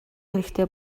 хэрэгтэй